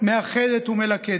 מאחדת ומלכדת,